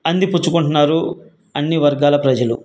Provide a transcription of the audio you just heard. అంది పుచ్చుకుంటున్నారు అన్ని వర్గాల ప్రజలు